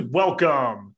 welcome